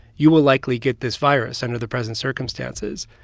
you will likely get this virus under the present circumstances.